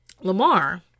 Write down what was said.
Lamar